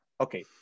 Okay